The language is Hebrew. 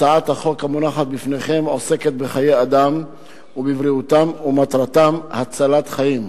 הצעת החוק המונחת בפניכם עוסקת בחיי אדם ובבריאותם ומטרתה הצלת חיים.